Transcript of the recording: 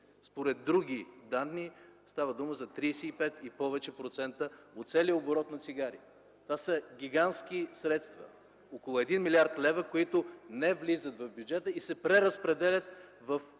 Според други данни става дума за 35 и повече процента от целия оборот на цигари. Това са гигантски средства – около 1 млрд. лв., които не влизат в бюджета и се преразпределят в черната